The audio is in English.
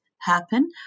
happen